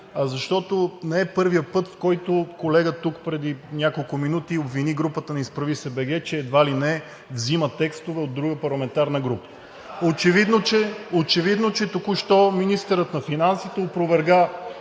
защото не е първият път, в който колега тук преди няколко минути обвини групата на „Изправи се БГ!“, че едва ли не взима текстове от друга парламентарна група. (Реплики от „БСП за България“.) Очевидно е, че току-що министърът на финансите опроверга